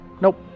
Nope